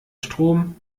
strom